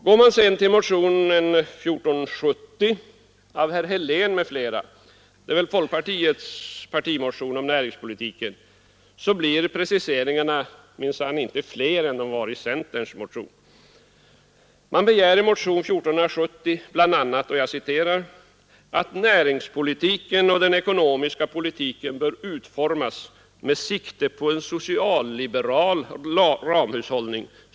Går man sedan till motionen 1470 av herr Helén m.fl. — folkpartiets partimotion om näringspolitiken — blir preciseringarna minsann inte fler än de är i centerns motion. I motionen 1470 begärs bl.a. ”att näringspolitiken och den ekonomiska politiken bör utformas med sikte på en socialliberal ramhushållning”.